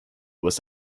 was